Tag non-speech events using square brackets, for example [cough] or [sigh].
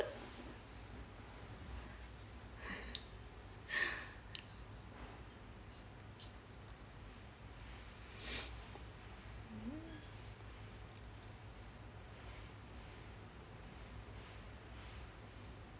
[laughs]